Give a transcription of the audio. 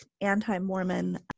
anti-Mormon